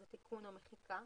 זה תיקון או מחיקה